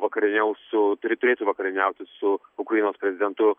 vakarieniaus su turi turėtų vakarieniauti su ukrainos prezidentu